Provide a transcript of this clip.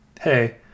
hey